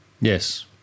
Yes